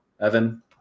Evan